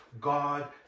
God